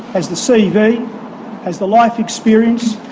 has the cv, has the life experience,